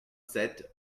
sept